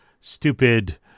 stupid